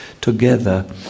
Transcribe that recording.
together